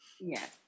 yes